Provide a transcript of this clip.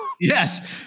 Yes